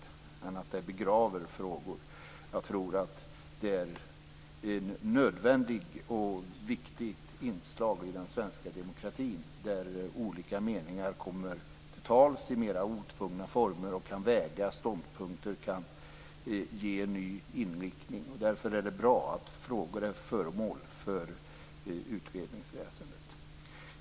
Jag tror alltså inte att det bara begraver frågor, utan jag tror att det svenska utredningsväsendet är ett nödvändigt och viktigt inslag i den svenska demokratin där olika meningar i mera otvungna former kommer till uttryck, där ståndpunkter kan vägas och där man kan få en ny inriktning. Därför är det bra att frågor är föremål för utredning inom utredningsväsendet.